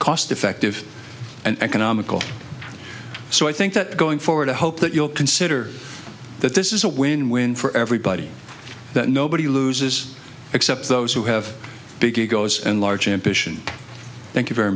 cost effective and economical so i think that going forward i hope that you'll consider that this is a win win for everybody that nobody loses except those who have big egos and large ambition thank you very